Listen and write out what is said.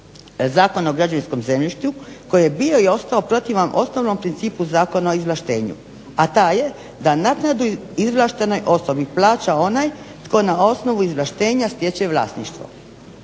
Zakona o građevinskom zemljištu koji je bio i ostao protivan osnovnom principu Zakona o izvlaštenju, a taj je da naknadu izvlaštenoj osobi plaća onaj tko na osnovu izvlaštenja stječe vlasništvo.